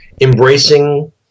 embracing